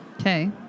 Okay